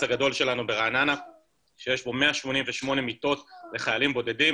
הגדול שלנו ברעננה שיש בו 188 מיטות לחיילים בודדים,